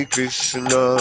Krishna